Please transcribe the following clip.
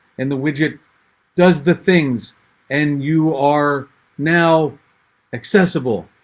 and the widget does the things and you are now accessible.